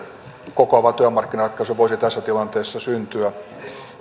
kokoava työmarkkinaratkaisu voisi tässä tilanteessa syntyä